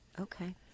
Okay